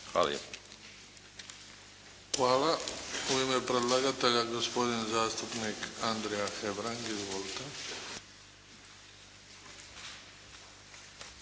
(HDZ)** Hvala. U ime predlagatelja, gospodin zastupnik Andrija Hebrang. Izvolite.